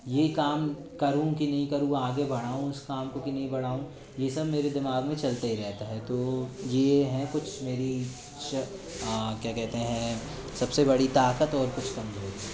ये काम करूँ कि नहीं करूँ आगे बढ़ाऊँ उस काम को कि नहीं बढ़ाऊँ ये सब मेरे दिमाग में चलते ही रहता है तो ये हैं कुछ मेरी क्या कहते हैं सबसे बड़ी ताक़त और कुछ कमज़ोरी